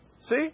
See